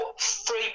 three